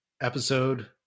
episode